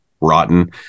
rotten